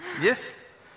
Yes